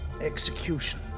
execution